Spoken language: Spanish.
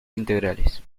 integrales